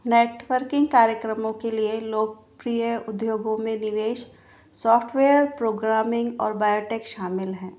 networking कार्यक्रमों के लिए लोकप्रिय उद्योगों में निवेश सॉफ्टवेयर प्रोग्रामिंग और बायोटेक शामिल हैं